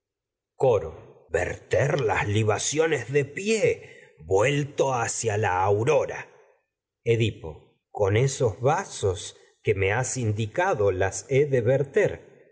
cono verter las libaciones de pie vuelto hacia la aurora edipo con esos vasos que me has indicado las he de verter